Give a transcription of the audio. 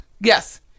yes